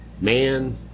Man